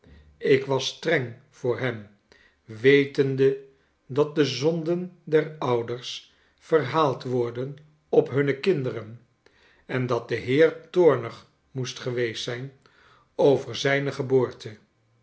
ik was streng voor hem wetende dat de zonden der ouders verhaald worden op hunne kinderen en dat de heer toornig moest geweest zijn over zijne geboorte